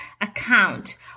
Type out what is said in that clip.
account